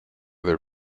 their